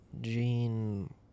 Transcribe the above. Gene